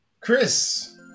Chris